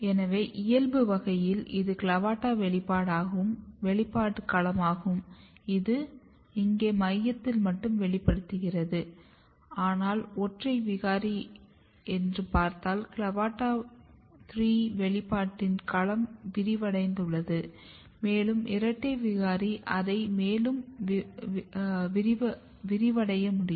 எனவே இயல்பு வகைகளில் இது CLAVATA வெளிப்பாடு களமாகும் இது இங்கே மையத்தில் மட்டும் வெளிப்படுகிறது ஆனால் ஒற்றை விகாரி என்று பார்த்தால் CLAVATA3 வெளிப்பாட்டின் களம் விரிவடைந்துள்ளது மேலும் இரட்டை விகாரி அதை மேலும் விரிவடைய முடியும்